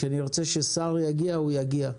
כשנרצה ששר יגיע הוא יגיע,